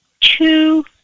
two